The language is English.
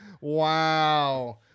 wow